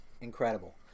incredible